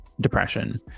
depression